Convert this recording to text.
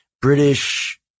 British